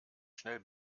schnell